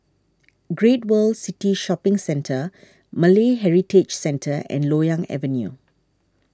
Great World City Shopping Centre Malay Heritage Centre and Loyang Avenue